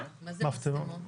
מה זה מסתמות?